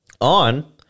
on